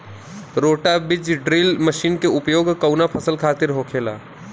रोटा बिज drill machine के उपयोग कऊना फसल खातिर होखेला?